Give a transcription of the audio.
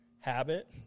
habit